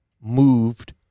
moved